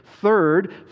Third